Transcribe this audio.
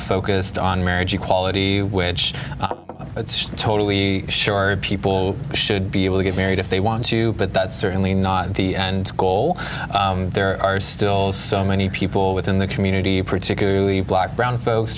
focused on marriage equality which it's totally sure people should be able to get married if they want to but that's certainly not the goal there are still so many people within the community particularly black brown folks